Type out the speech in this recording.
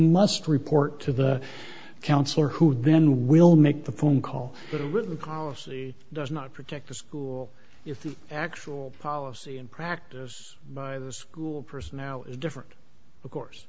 must report to the counselor who then will make the phone call that a written policy does not protect the school if the actual policy and practice by the school personnel is different of course